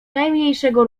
najmniejszego